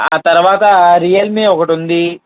ఆ తర్వాత రియల్మీ ఒకటి ఉంది